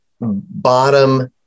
bottom